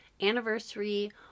anniversary